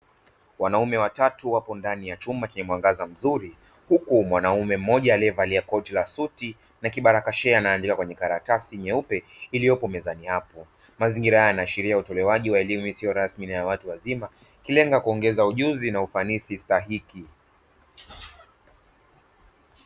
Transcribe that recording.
Wanaume watatu wapo ndani ya chumba chenye mwangaza mzuri, huku mwanaume mmoja aliyevalia koti la suti na kibarakashee anaandika kwenye karatasi nyeupe iliyopo mezani apo, mazingira haya yanaashiria utolewaji wa elimu isiyo rasmi na ya watu wazima ikilenga kuongeza ujuzi na ufanisi stahiki.